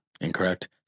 Incorrect